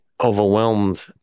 overwhelmed